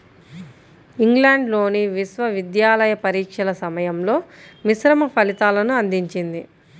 ఇంగ్లాండ్లోని విశ్వవిద్యాలయ పరీక్షల సమయంలో మిశ్రమ ఫలితాలను అందించింది